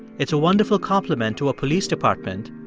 it's a wonderful complement to a police department,